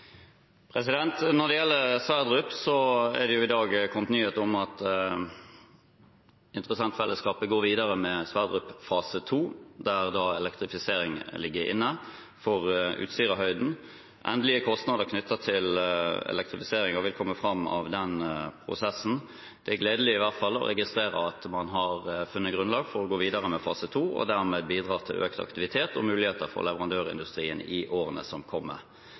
Når det gjelder Johan Sverdrup, er det i dag kommet nyheter om at interessentfellesskapet går videre med Johan Sverdrup fase 2, der elektrifisering ligger inne for Utsirahøyden. Endelige kostnader knyttet til elektrifisering vil komme fram av den prosessen. Det er i hvert fall gledelig å registrere at man har funnet grunnlag for å gå videre med fase 2 og dermed bidra til økt aktivitet og muligheter for leverandørindustrien i årene som kommer.